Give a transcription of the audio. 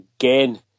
again